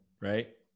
right